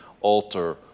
alter